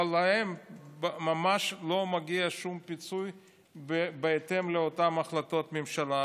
אבל להם ממש לא מגיע שום פיצוי בהתאם לאותן החלטות ממשלה.